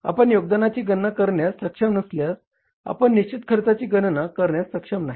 आपण योगदानाची गणना करण्यास सक्षम नसल्यास आपण निश्चित खर्चाची गणना करण्यास सक्षम नाही